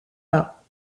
pas